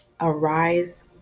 arise